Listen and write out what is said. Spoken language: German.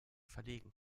verlegen